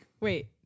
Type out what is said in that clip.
Wait